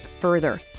further